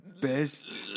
best